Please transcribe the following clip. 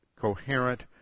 coherent